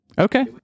Okay